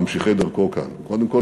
ממשיכי דרכו כאן: קודם כול,